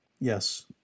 Yes